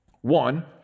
One